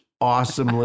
awesome